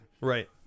Right